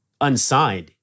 unsigned